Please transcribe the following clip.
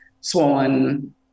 swollen